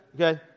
Okay